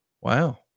Wow